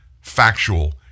factual